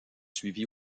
suivie